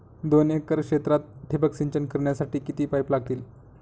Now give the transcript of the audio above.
दोन एकर क्षेत्रात ठिबक सिंचन करण्यासाठी किती पाईप लागतील?